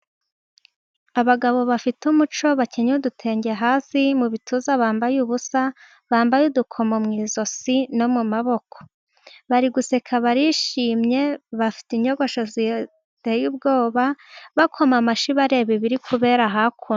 Abagabo bafite umuco bakenyeye udutenge hasi mu bituza bambaye ubusa bambaye udukomo mu ijosi no mu maboko bari guseka barishimye bafite inyogosho ziteye ubwoba bakoma amashyi bareba ibiri kubera hakuno.